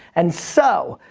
and, so,